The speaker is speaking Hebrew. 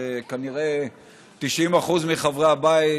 שכנראה 90% מחברי הבית,